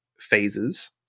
phases